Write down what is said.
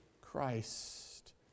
Christ